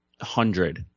hundred